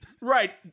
Right